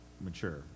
mature